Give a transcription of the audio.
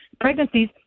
pregnancies